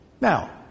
Now